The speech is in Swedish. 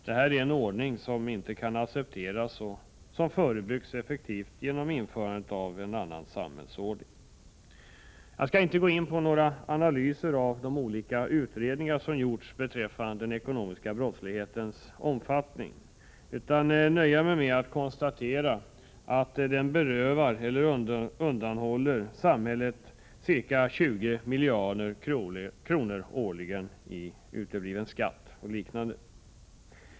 Det här är en ordning som inte kan accepteras och som effektivt förebyggs genom införandet av en annan samhällsordning. Jag skall inte gå in på några analyser av de olika utredningar som har gjorts beträffande den ekonomiska brottslighetens omfattning, utan jag nöjer mig med att konstatera att den ekonomiska brottsligheten berövar, eller undanhåller, samhället ca 20 miljarder kronor årligen i skatt.